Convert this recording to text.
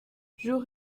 jour